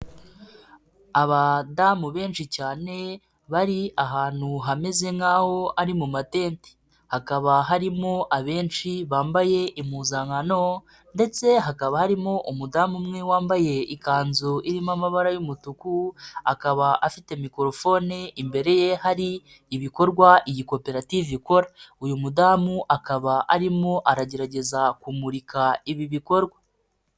Abadamu benshi cyane bari ahantu hameze nkaho ari mu matente, hakaba harimo abenshi bambaye impuzankano ndetse hakaba harimo umudamu umwe wambaye ikanzu irimo amabara y'umutuku, akaba afite mikorofone, imbere ye hari ibikorwa iyi koperative ikora, uyu mudamu akaba arimo aragerageza kumurika ibi bikorwa.